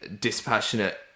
dispassionate